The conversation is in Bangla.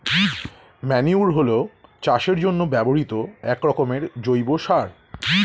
ম্যান্যুর হলো চাষের জন্য ব্যবহৃত একরকমের জৈব সার